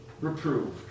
reproved